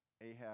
Ahab